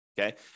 okay